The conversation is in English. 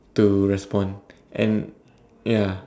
to respond and ya